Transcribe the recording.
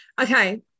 Okay